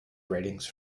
ratings